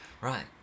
Right